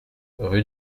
rue